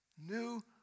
New